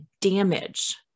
damage